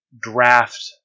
draft